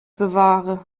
bewahre